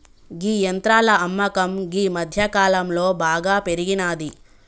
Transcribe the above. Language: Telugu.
గీ యంత్రాల అమ్మకం గీ మధ్యకాలంలో బాగా పెరిగినాది